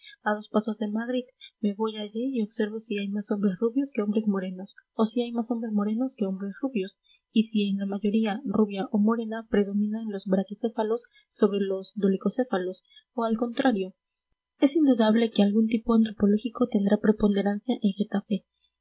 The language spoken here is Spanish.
a dos pasos de madrid me voy allí y observo si hay más hombres rubios que hombres morenos o si hay más hombres morenos que hombres rubios y si en la mayoría rubia o morena predominan los braquicéfalos sobre los dolicocéfalos o al contrario es indudable que algún tipo antropológico tendrá preponderancia en